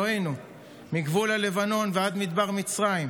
אלוהינו מגבול הלבנון ועד מדבר מצרים,